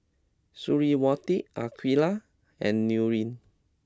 Suriawati Aqeelah and Nurin